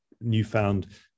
newfound